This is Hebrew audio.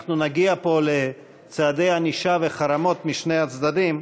אנחנו נגיע פה לצעדי ענישה וחרמות משני הצדדים,